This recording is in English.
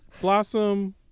Blossom